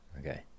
Okay